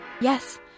Yes